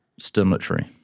stimulatory